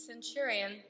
centurion